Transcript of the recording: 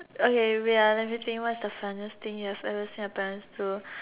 okay wait ah let me think what is the funniest thing you have ever seen your parents do